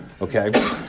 okay